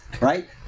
right